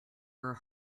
are